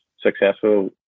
successful